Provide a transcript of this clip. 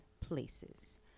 places